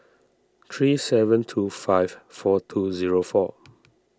three seven two five four two zero four